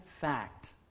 fact